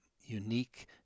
unique